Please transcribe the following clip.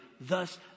Thus